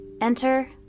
Enter